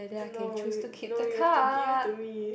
no you no you have to give it to me